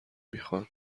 میخان